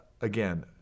again